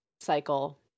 cycle